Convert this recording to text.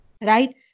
Right